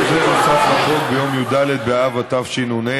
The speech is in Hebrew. סעיף זה נוסף לחוק ביום י"ד באב התשנ"ה,